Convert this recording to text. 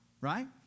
right